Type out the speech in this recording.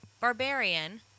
Barbarian